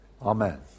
Amen